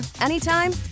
anytime